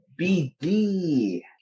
BD